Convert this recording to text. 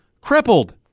crippled